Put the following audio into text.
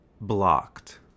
blocked